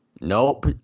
Nope